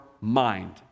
mind